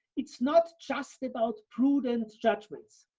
it's not just about prudent judgments.